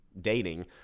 dating